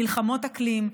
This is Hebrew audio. מלחמות אקלים,